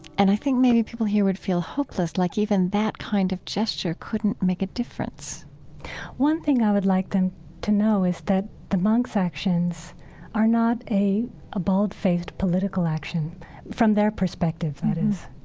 and i think maybe people here would feel hopeless, like even that kind of gesture couldn't make a difference one thing i would like them to know is that the monks' actions are not a a bald-faced political action from their perspective, that is.